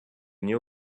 new